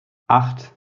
acht